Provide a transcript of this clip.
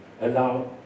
allow